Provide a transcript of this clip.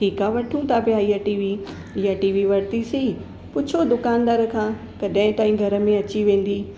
ठीकु आहे वठूं था पिया इहा टीवी इहा टीवी वरतीसीं पूछो दुकानदार खां कॾहिं ताईं घर में अची वेंदी